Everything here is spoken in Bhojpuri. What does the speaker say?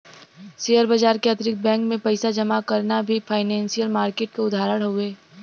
शेयर बाजार के अतिरिक्त बैंक में पइसा जमा करना भी फाइनेंसियल मार्किट क उदाहरण हउवे